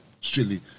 strictly